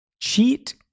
Cheat